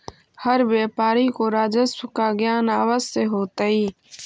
हर व्यापारी को राजस्व का ज्ञान अवश्य होतई